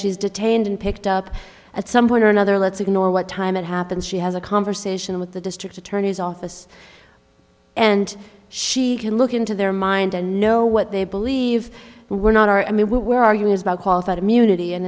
she's detained and picked up at some point or another let's ignore what time it happens she has a conversation with the district attorney's office and she can look into their mind and know what they believe were not are i mean where are you is about qualified immunity and